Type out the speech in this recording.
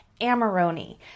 Amarone